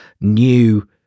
new